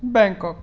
Bangkok